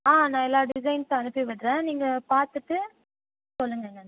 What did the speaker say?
ஆ நான் எல்லா டிசைன்ஸ் அனுப்பிவிட்றேன் நீங்கள் பார்த்துட்டு சொல்லுங்கள் என்னென்னு